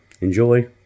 Enjoy